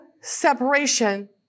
separation